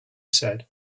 said